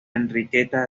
enriqueta